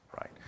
right